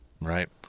right